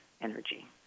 energy